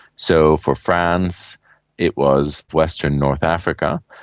so for france it was western north africa,